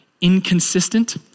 inconsistent